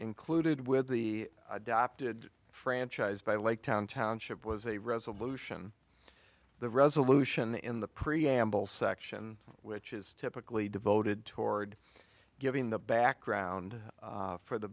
included with the adopted franchise by like town township was a resolution the resolution in the preamble section which is typically devoted toward giving the background for the